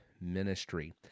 ministry